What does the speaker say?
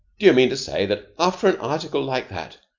do you mean to say that, after an article like that,